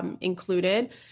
Included